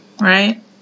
right